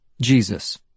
Jesus